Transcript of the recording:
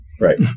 Right